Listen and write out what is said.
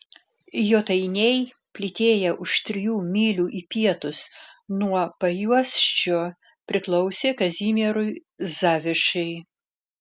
jotainiai plytėję už trijų mylių į pietus nuo pajuosčio priklausė kazimierui zavišai